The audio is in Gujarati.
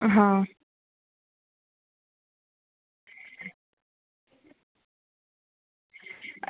હં